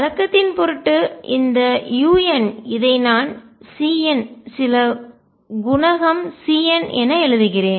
வழக்கத்தின் பொருட்டு இந்த un இதை நான் Cn சில குணகம் Cn என எழுதுகிறேன்